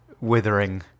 withering